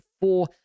four